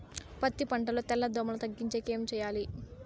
పత్తి పంటలో తెల్ల దోమల తగ్గించేకి ఏమి చేయాలి?